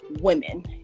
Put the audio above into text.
women